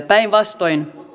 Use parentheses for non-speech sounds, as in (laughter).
(unintelligible) päinvastoin